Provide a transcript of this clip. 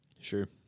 Sure